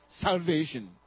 salvation